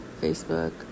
Facebook